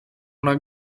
una